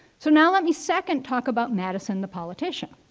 so now, let me, second talk about madison, the politician.